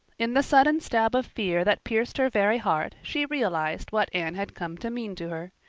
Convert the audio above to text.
in the sudden stab of fear that pierced her very heart she realized what anne had come to mean to her.